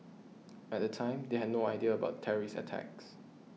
at the time they had no idea about the terrorist attacks